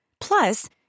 Plus